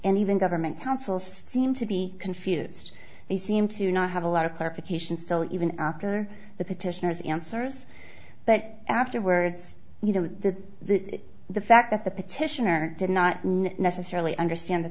and even government counsel seem to be confused they seem to not have a lot of clarification still even after the petitioners answers but afterwards you know that the fact that the petitioner did not necessarily understand that